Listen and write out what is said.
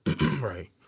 Right